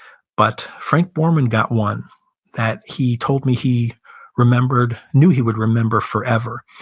but frank borman got one that he told me he remembered, knew he would remember forever.